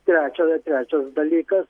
trečiojo trečias dalykas